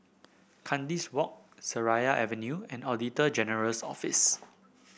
Kandis Walk Seraya Avenue and Auditor General's Office